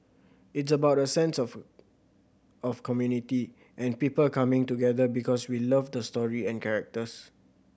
it's about a sense of of community and people coming together because we love the story and characters